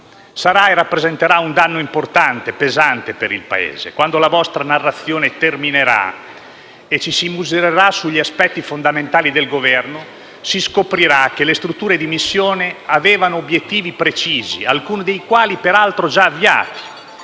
sarà e rappresenterà un danno importante e pesante per il Paese. Quando la vostra narrazione terminerà e ci si misurerà sugli aspetti fondamentali del Governo, si scoprirà che le strutture di missione avevano obiettivi precisi, alcuni dei quali peraltro già avviati: